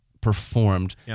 performed